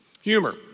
Humor